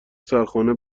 سرخانه